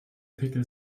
pickel